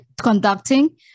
conducting